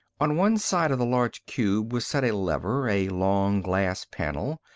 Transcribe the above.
on one side of the large cube was set a lever, a long glass panel,